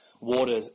water